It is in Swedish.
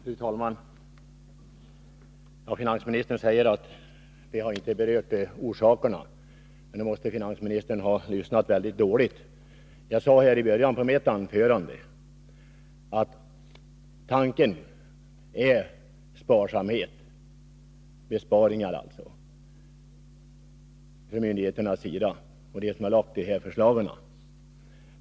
Fru talman! Finansministern säger att vi inte har berört orsakerna. Men då måste finansministern ha lyssnat väldigt dåligt. Jag sade i början av mitt anförande att tanken hos dem som lagt fram förslagen är att myndigheterna skall visa sparsamhet. Det skall alltså göras besparingar.